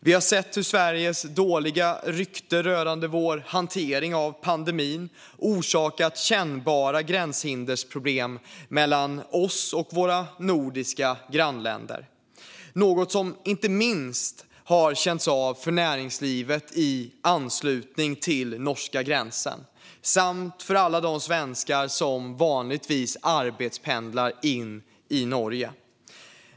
Vi har sett hur Sveriges dåliga rykte rörande vår hantering av pandemin har orsakat kännbara gränshindersproblem mellan oss och våra nordiska grannländer, något som inte minst har känts av för näringslivet i anslutning till norska gränsen samt för alla de svenskar som vanligtvis arbetspendlar till Norge.